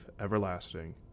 everlasting